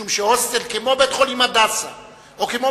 משום שהוסטל הוא כמו בית-חולים "הדסה" או כמו